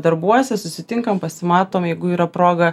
darbuose susitinkam pasimatom jeigu yra proga